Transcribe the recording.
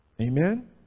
amen